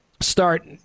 start